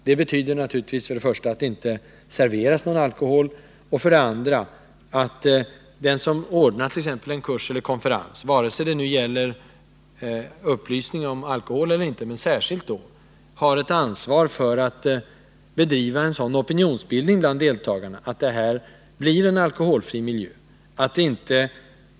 Det betyder för det första att det naturligtvis inte serveras någon alkohol och för det andra att den som ordnar en kurs eller en konferens, vare sig det gäller upplysning om alkohol eller inte — men särskilt då — har ett ansvar för att bedriva en sådan opinionsbildning bland deltagarna att det blir en alkoholfri miljö.